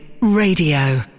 Radio